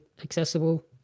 accessible